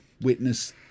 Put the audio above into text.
witness